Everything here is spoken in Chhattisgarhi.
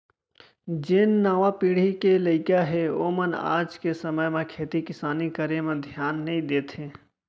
जेन नावा पीढ़ी के लइका हें ओमन आज के समे म खेती किसानी करे म धियान नइ देत हें